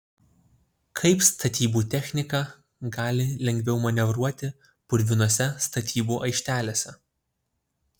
kaip statybų technika gali lengviau manevruoti purvinose statybų aikštelėse